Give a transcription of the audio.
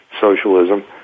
socialism